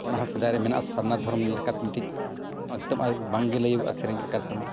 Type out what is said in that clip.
ᱚᱱᱟ ᱦᱚᱸ ᱥᱮᱫᱟᱭ ᱨᱮ ᱢᱮᱱᱟᱜᱼᱟ ᱥᱟᱨᱱᱟ ᱫᱷᱚᱨᱚᱢ ᱞᱮᱠᱟᱛᱮ ᱢᱤᱫᱴᱤᱡ ᱮᱠᱫᱚᱢ ᱵᱟᱝᱜᱮ ᱞᱟᱹᱭᱚᱜᱚᱜᱼᱟ ᱥᱮᱨᱮᱧ ᱟᱠᱟᱨ ᱛᱮᱢᱟ